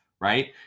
right